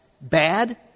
bad